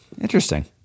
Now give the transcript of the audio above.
interesting